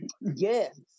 Yes